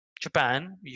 Japan